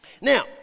Now